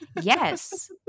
Yes